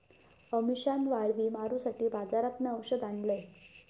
अमिशान वाळवी मारूसाठी बाजारातना औषध आणल्यान